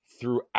throughout